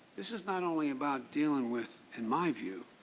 this is not only about dealing with, in my view,